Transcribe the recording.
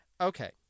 Okay